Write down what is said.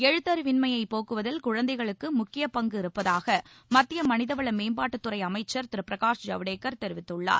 எழுத்தறிவின்மையைப் போக்குவதில் குழந்தைகளுக்கு முக்கிய பங்கு இருப்பதாக மத்திய மனிதவள மேம்பாட்டுத்துறை அமைச்சர் திரு பிரகாஷ் ஜவ்டேகர் தெரிவித்துள்ளார்